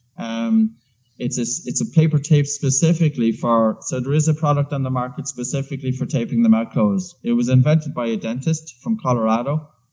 um it's it's it's a paper tape specifically for. so there is a product on the market specifically for taping the mouth closed. it was invented by a dentist from colorado